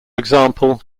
example